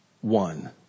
one